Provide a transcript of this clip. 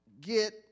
get